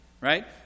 right